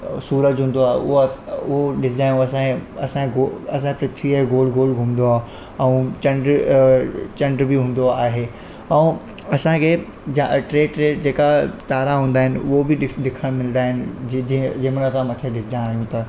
सूरज हूंदो आहे उअ उहो ॾिसंदा आहियूं असांजे असां गो असां पृथ्वीअ जे गोल गोल घुमंदो आहे ऐं चंॾ चंॾ बि हूंदो आहे ऐं असांखे जा टे टे जेका तारा हूंदा आहिनि उहो बि ॾिस ॾिखण मिलंदा आहिनि जी जीअं जंहिंमहिल तव्हां मथे ॾिसंदा आहियूं त